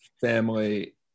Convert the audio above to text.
family